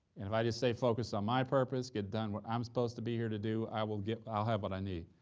and if i just stay focused on my purpose, get done what i'm supposed to be here to do, i will get i'll have what i need,